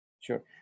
Sure